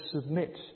submit